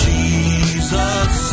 Jesus